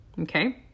Okay